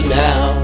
now